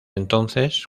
entonces